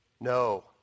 No